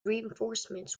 reinforcement